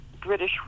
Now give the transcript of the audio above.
British